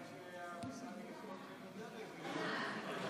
אני מניח שהמשרד לביטחון פנים יודע באיזה אזורים,